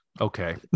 okay